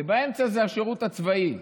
באמצע זה השירות הצבאי.